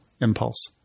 impulse